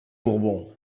bourbons